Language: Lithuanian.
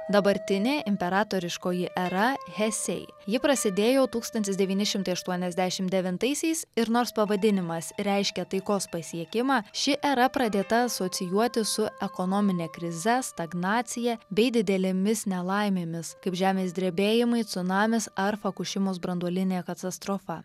dabartinė imperatoriškoji era heisei ji prasidėjo tūkstantis devyni šimtai aštuoniasdešim devintaisiais ir nors pavadinimas reiškia taikos pasiekimą ši era pradėta asocijuoti su ekonomine krize stagnacija bei didelėmis nelaimėmis kaip žemės drebėjimai cunamis ar fakušimos branduolinė katastrofa